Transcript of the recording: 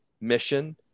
mission